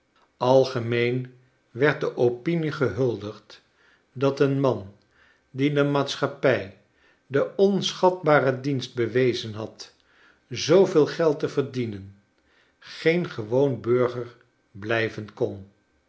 algemeen werd de opinie gehuldigd dat een man die de maatschappij den onschatbaren dienst bewezen had zooveel geld te verdienen geen gewoon burger blijven kon